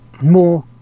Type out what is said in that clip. more